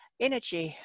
Energy